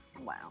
wow